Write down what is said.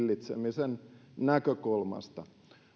hillitsemisen näkökulmasta